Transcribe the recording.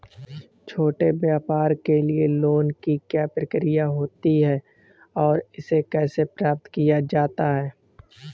छोटे व्यापार के लिए लोंन की क्या प्रक्रिया होती है और इसे कैसे प्राप्त किया जाता है?